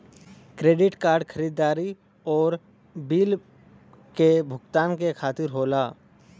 credit card खरीदारी आउर bill क भुगतान के खातिर होला